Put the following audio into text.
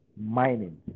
mining